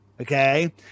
okay